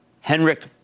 Henrik